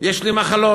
יש לי מחלות,